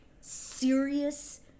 serious